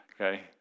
Okay